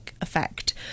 effect